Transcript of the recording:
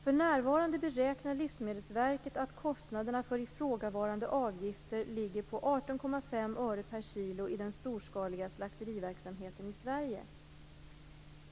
För närvarande beräknar Livsmedelsverket att kostnaderna för ifrågavarande avgifter ligger på 18,5 öre per kg i den storskaliga slakteriverksamheten i Sverige.